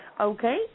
Okay